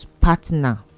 partner